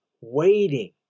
waiting